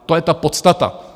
To je ta podstata.